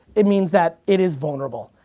it means that it is vulnerable,